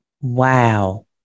Wow